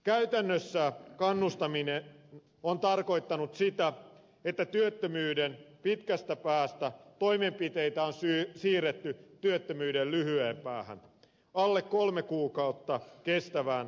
käytännössä kannustaminen on tarkoittanut sitä että työttömyyden pitkästä päästä toimenpiteitä on siirretty työttömyyden lyhyeen päähän alle kolme kuukautta kestävään työttömyyden hoitoon